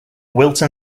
wilton